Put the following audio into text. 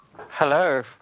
Hello